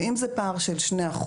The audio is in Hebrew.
ואם זה פער של 2%,